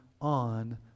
on